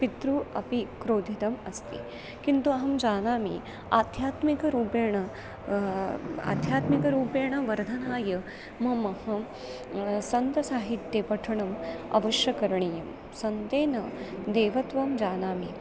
पितृ अपि क्रोधितम् अस्ति किन्तु अहं जानामि आध्यात्मिकरूपेण आध्यात्मिकरूपेण वर्धनाय मम सन्तसाहित्ये पठनम् अवश्यं करणीयं सन्तेन देवत्वं जानामि